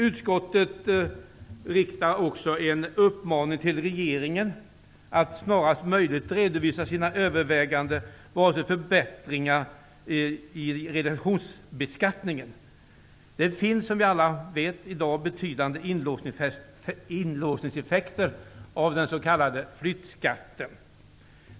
Utskottet riktar också en uppmaning till regeringen att snarast möjligt redovisa sina överväganden vad avser förbättringar av realisationsbeskattningen. Som vi alla vet har den s.k. flyttskatten i dag betydande inlåsningseffekter.